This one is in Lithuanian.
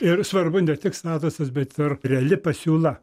ir svarbu ne tik statusas bet ir reali pasiūla